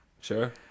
Sure